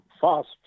fast